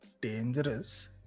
dangerous